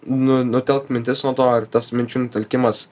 nu nutelkt mintis nuo to ir tas minčių sutelkimas